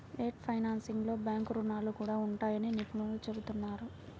debt ఫైనాన్సింగ్లో bank రుణాలు కూడా ఉంటాయని నిపుణులు చెబుతున్నారు